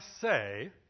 say